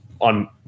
on